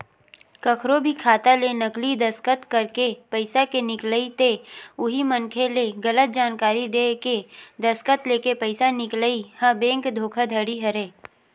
कखरो भी खाता ले नकली दस्कत करके पइसा के निकलई ते उही मनखे ले गलत जानकारी देय के दस्कत लेके पइसा निकलई ह बेंक धोखाघड़ी हरय